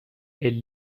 elles